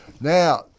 Now